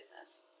business